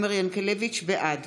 בעד